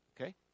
Okay